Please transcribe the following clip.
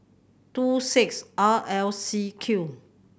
two six R L C Q